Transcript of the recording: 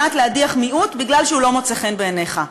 כדי להדיח מיעוט משום שהוא לא מוצא חן בעיניך.